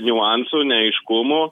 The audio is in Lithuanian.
niuansų neaiškumų